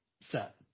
set